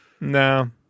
No